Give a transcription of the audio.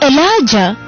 Elijah